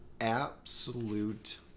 Absolute